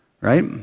right